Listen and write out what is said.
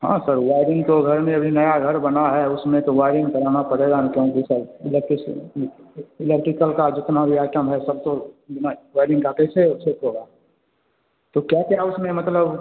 हाँ sir wiring तो घर में अभी नया घर बना है उसमें तो वायरिंग कराना पड़ेगा न क्योंकि सर इलेक्ट्रिसियन इलेक्ट्रिकल का जितना भी आइटम है सब तो बिना वायरिंग का कैसे सिफ्ट होगा तो क्या क्या उसमें मतलब